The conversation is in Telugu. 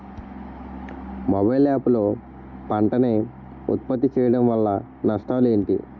మొబైల్ యాప్ లో పంట నే ఉప్పత్తి చేయడం వల్ల నష్టాలు ఏంటి?